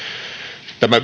tämä